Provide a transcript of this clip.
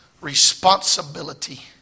responsibility